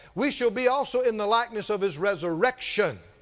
we shall be also in the likeness of his resurrection